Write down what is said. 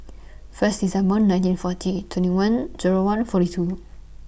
First December nineteen forty twenty one Zero one forty two